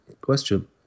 question